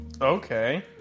Okay